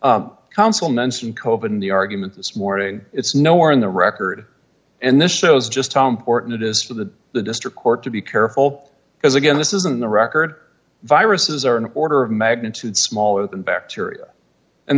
and councilmen some cope in the argument this morning it's nowhere in the record and this shows just how important it is for the the district court to be careful because again this isn't the record viruses are an order of magnitude smaller than bacteria and